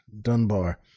Dunbar